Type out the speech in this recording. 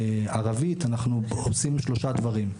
ערבית" אנחנו עושים שלושה דברים.